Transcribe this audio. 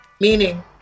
Meaning